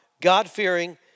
God-fearing